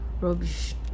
Rubbish